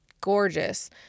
gorgeous